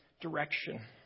direction